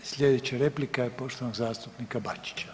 Slijedeća replika je poštovanog zastupnika Bačića.